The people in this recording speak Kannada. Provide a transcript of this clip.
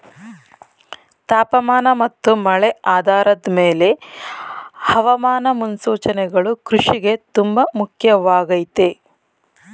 ತಾಪಮಾನ ಮತ್ತು ಮಳೆ ಆಧಾರದ್ ಮೇಲೆ ಹವಾಮಾನ ಮುನ್ಸೂಚನೆಗಳು ಕೃಷಿಗೆ ತುಂಬ ಮುಖ್ಯವಾಗಯ್ತೆ